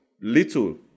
little